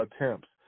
attempts